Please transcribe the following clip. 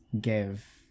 give